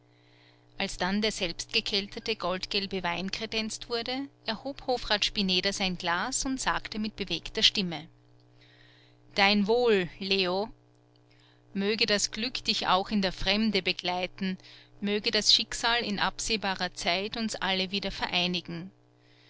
als dann der selbstgekelterte goldgelbe wein kredenzt wurde erhob hofrat spineder sein glas und sagte mit bewegter stimme dein wohl leo möge das glück dich auch in der fremde begleiten möge das schicksal in absehbarer zeit uns alle wieder vereinigen